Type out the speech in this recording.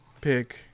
pick